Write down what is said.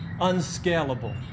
unscalable